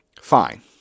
fine